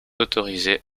autorisés